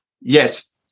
Yes